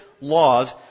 laws